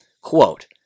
Quote